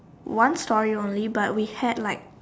one storey only but we had like